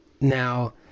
Now